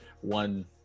one